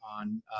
on